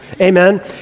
Amen